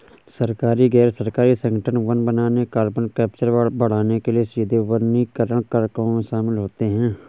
सरकारी, गैर सरकारी संगठन वन बनाने, कार्बन कैप्चर बढ़ाने के लिए सीधे वनीकरण कार्यक्रमों में शामिल होते हैं